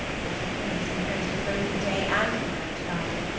but the pillar was composed of both the day and the night-guiding,